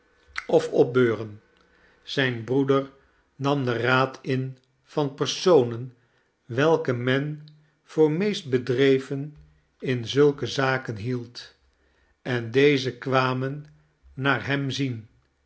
of opbeuren zijn broeder nam den raad in van personen welke men voor meest bedreven in zulke zaken hield en deze kwamen naar hem zien